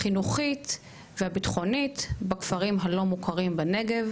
החינוכית והביטחונית בכפרים הלא מוכרים בנגב,